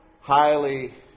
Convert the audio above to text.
highly